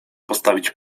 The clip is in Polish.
postawić